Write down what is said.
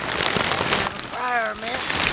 i'd rather have a briar, miss,